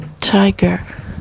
tiger